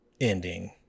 ending